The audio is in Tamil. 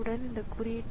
எனவே இது ஒரு வகை நிலைமை